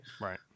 Right